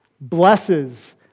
blesses